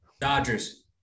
Dodgers